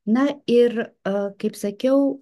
na ir kaip sakiau